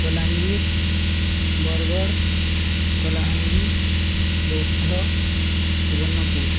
Balangir Bargarh Kalahandi Boudh Subarnapur